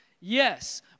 yes